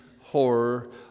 horror